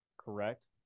Correct